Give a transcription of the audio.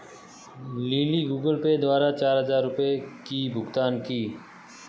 lily Google Pay द्वारा चार हजार रुपए की भुगतान की